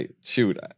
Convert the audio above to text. shoot